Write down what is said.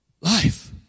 Life